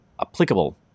applicable